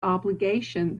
obligation